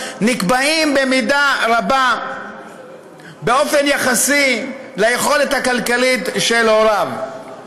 נקבעים במידה רבה באופן יחסי ליכולת הכלכלית של הוריו.